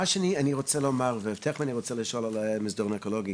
מה שאני רוצה לומר ותיכף אני גם רוצה לשאול על המסדרון האקולוגי,